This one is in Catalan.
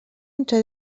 entre